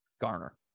garner